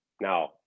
Now